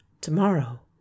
Tomorrow